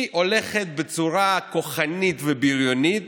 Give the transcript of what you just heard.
היא הולכת בצורה כוחנית ובריונית